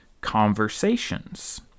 conversations